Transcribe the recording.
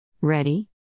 Ready